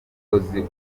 umukozi